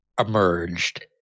emerged